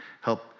help